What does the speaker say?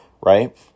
right